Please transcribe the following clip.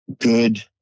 good